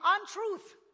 untruth